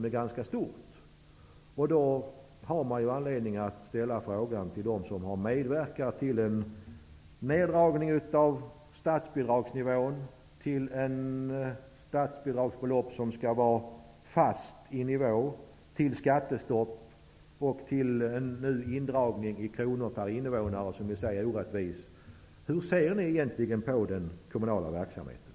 Det finns anledning att ställa frågor till dem som medverkat till neddragning av statsbidragssystemet till ett statsbidragsbelopp som skall ligga fast, till skattestopp och till en indragning i kronor per innevånare som i sig är orättvis. Hur ser ni egentligen på den kommunala verksamheten?